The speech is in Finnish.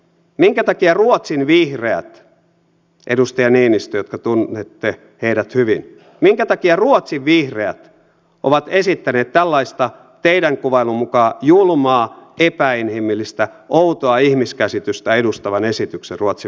minkä takia ruotsin vihreät edustaja niinistö joka tunnette heidät hyvin ovat esittäneet tällaista teidän kuvailunne mukaan julmaa epäinhimillistä outoa ihmiskäsitystä edustavan esityksen ruotsin valtiopäivillä